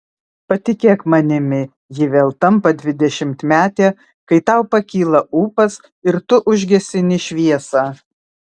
patikėk manimi ji vėl tampa dvidešimtmetė kai tau pakyla ūpas ir tu užgesini šviesą